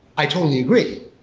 i totally agree.